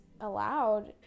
allowed